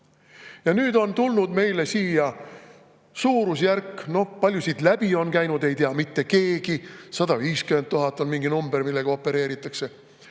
Ja nüüd on tulnud meile siia [palju rohkem inimesi]. Kui palju siit läbi on käinud, ei tea mitte keegi. 150 000 on mingi number, millega opereeritakse.